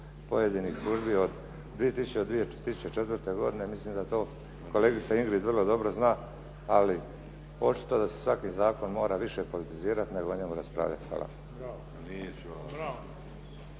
pojedinih službi od 2000. do 2004. godine, mislim da to kolegica Ingrid vrlo dobro zna, ali očito da se svaki zakon mora više politizirati, nego o njemu raspravljati. Hvala.